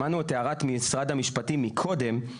שמענו את הערת משרד המפשטים מקודם,